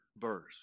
verse